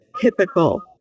typical